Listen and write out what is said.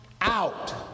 out